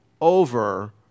over